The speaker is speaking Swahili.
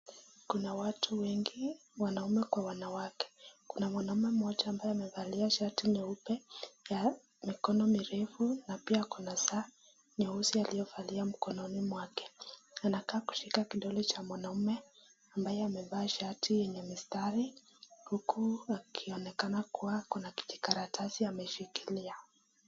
Kuna watu wengi, wanaume kwa wanawake. Kuna mwanaume moja ambaye amevalia shati nyeupe ya mikono mirefu na pia ako na saa nyeusi aliyovalia mkononi mwake. Anakaa kushika kidole cha mwanaume ambaye amevaa shati yenye mistari huku akionekana kuwa kuna kijikaratasi ameshikilia.